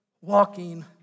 walking